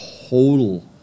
total